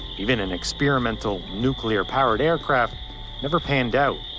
even and experimental nuclear-powered aircraft never panned out.